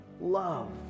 love